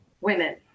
women